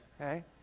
okay